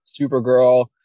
Supergirl